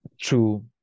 True